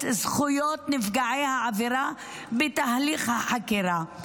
זכויות נפגעי העבירה בתהליך החקירה,